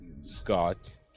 scott